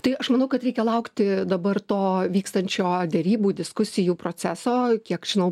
tai aš manau kad reikia laukti dabar to vykstančio derybų diskusijų proceso kiek žinau